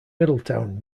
middletown